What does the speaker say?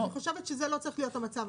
אני חושבת שזה לא צריך להיות המצב.